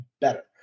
better